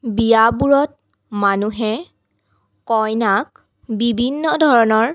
বিয়াবোৰত মানুহে কইনাক বিভিন্ন ধৰণৰ